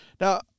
Now